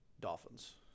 Dolphins